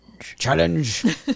Challenge